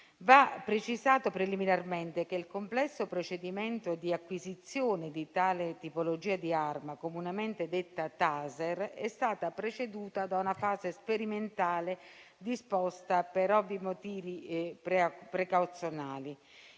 Va precisato preliminarmente che il complesso procedimento di acquisizione di tale tipologia di arma, comunemente detta Taser, è stata preceduta da una fase sperimentale disposta per ovvi motivi precauzionali.